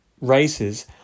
races